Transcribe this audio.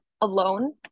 alone